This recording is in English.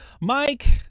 Mike